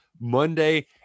Monday